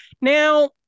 Now